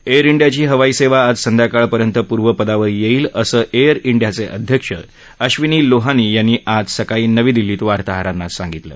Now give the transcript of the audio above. air इंडियाची हवाई सेवा आज संध्याकाळपर्यंत पूर्वपदावर येईल असं एअर डियाचे अध्यक्ष अधीनी लोहानी यांनी आज सकाळी नवी दिल्लीत वार्ताहाराना सांगितलं